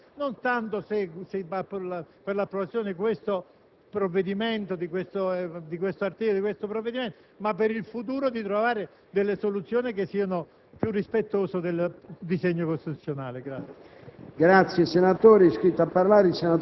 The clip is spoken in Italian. Spero che l'Aula vorrà fare una riflessione, non tanto per l'approvazione di questo provvedimento, ma per ricercare in futuro soluzioni che siano più rispettose del disegno costituzionale.